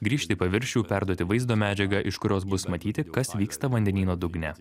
grįžt į paviršių perduoti vaizdo medžiagą iš kurios bus matyti kas vyksta vandenyno dugne